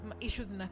issues